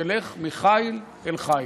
שתלך מחיל אל חיל.